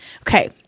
okay